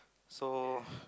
so